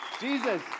Jesus